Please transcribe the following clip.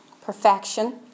perfection